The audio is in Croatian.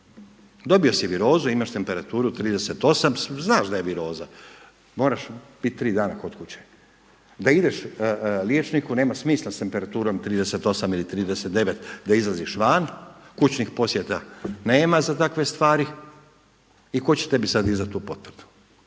Dobio si virozu, imaše temperaturu 38, znaš da je viroza, moraš biti tri dana kod kuće da ideš nema smisla s temperaturom 38 ili 39 da izlaziš van, kućnih posjeta nema za takve stvari. I tko će tebi sada izdati tu potrebu?